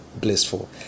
blissful